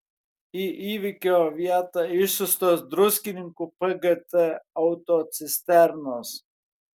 į įvykio vietą išsiųstos druskininkų pgt autocisternos